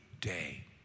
day